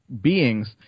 beings